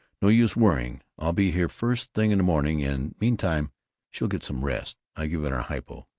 no use worrying. i'll be here first thing in the morning, and meantime she'll get some rest. i've given her a hypo.